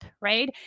right